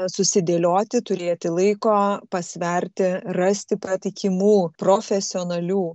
susidėlioti turėti laiko pasverti rasti patikimų profesionalių